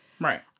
right